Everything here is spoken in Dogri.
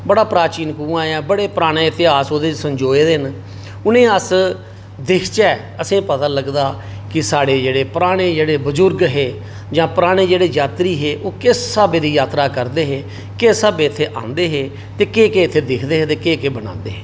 बड़ा प्राचीन कुआं ऐ बड़े पराने इतहास ओह्दे च संजोए दे न उ'नेंई अस दिखचै बच्चें ई पता लगदा कि साढ़े जेह्ड़े पराने जेह्ड़े बजुर्ग हे जां पराने जेह्ड़े यात्री हे ओह् किस स्हाबै दी यात्रा करदे हे किस स्हाबै इत्थै आंदे हे ते केह् केह् इत्थै दिखदे हे ते केह् केह् बनांदे हे